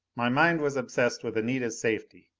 my mind was obsessed with anita's safety.